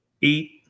eat